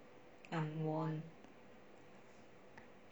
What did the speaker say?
unworn